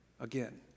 again